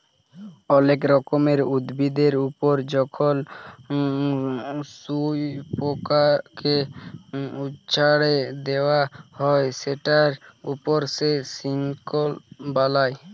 অলেক রকমের উভিদের ওপর যখন শুয়পকাকে চ্ছাড়ে দেওয়া হ্যয় সেটার ওপর সে সিল্ক বালায়